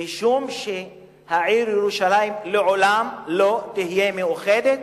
משום שהעיר ירושלים לעולם לא תהיה מאוחדת,